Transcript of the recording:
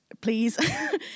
please